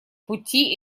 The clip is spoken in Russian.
пути